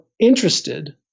interested